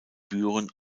büren